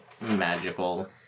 magical